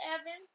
Evans